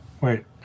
wait